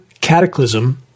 cataclysm